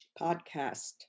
podcast